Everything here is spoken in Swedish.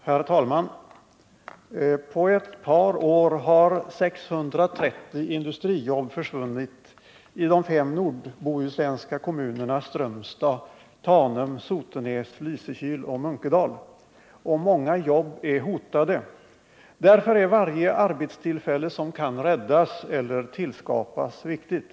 Herr talman! På ett par år har 630 industrijobb försvunnit i de fem nordbohuslänska kommunerna Strömstad, Tanum, Sotenäs, Lysekil och Munkedal. Och många jobb är hotade. Därför är varje arbetstillfälle som kan räddas eller tillskapas viktigt.